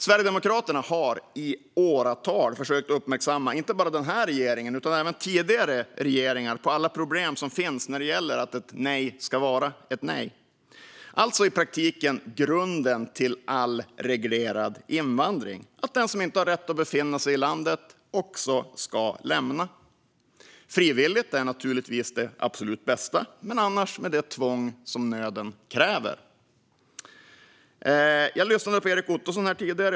Sverigedemokraterna har i åratal försökt uppmärksamma inte bara den här regeringen utan även tidigare regeringar på alla problem som finns när det gäller att ett nej ska vara ett nej. Det gäller alltså i praktiken grunden till all reglerad invandring. Det handlar om att den som inte har rätt att befinna sig i landet också ska lämna landet. Att det sker frivilligt är naturligtvis det absolut bästa, men annars får det ske med det tvång som nöden kräver. Jag lyssnade här tidigare på Erik Ottoson.